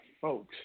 folks